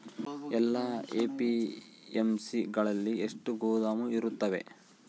ಎಲ್ಲಾ ಎ.ಪಿ.ಎಮ್.ಸಿ ಗಳಲ್ಲಿ ಎಷ್ಟು ಗೋದಾಮು ಇರುತ್ತವೆ?